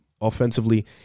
offensively